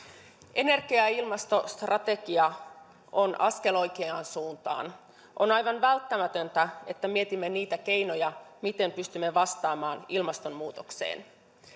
energia ja ilmastostrategia on askel oikeaan suuntaan on aivan välttämätöntä että mietimme niitä keinoja miten pystymme vastaamaan ilmastonmuutokseen